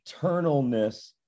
eternalness